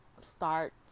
start